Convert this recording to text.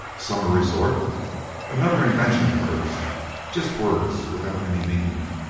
summer resort another invention of hers just words, without any meaning.